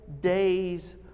day's